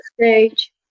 stage